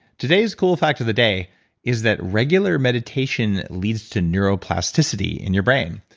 today's cool fact of the day is that regular meditation leads to neuroplasticity in your brain.